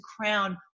crown